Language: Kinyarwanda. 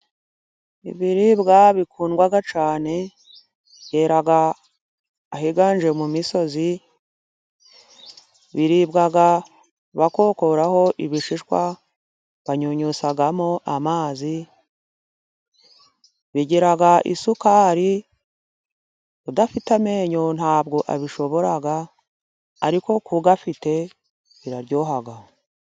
Ibiribwa bikundwa cyane byera ahiganje mu misozi biribwa bakokoraho ibishishwa, banyunyuzamo amazi bigira isukari udafite amenyo ntabwo abishobora ariko kuyafite biraryoha.